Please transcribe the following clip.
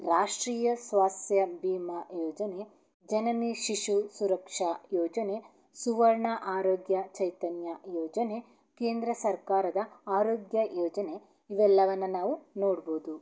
ರಾಷ್ಟ್ರೀಯ ಸ್ವಾಸ್ತ್ಯ ಬಿಮಾ ಯೋಜನೆ ಜನನಿ ಶಿಶು ಸುರಕ್ಷಾ ಯೋಜನೆ ಸುವರ್ಣ ಆರೋಗ್ಯ ಚೈತನ್ಯ ಯೋಜನೆ ಕೇಂದ್ರ ಸರ್ಕಾರದ ಆರೋಗ್ಯ ಯೋಜನೆ ಇವೆಲ್ಲವನ್ನು ನಾವು ನೋಡ್ಬೋದು